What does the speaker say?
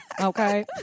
Okay